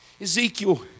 Ezekiel